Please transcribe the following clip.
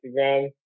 Instagram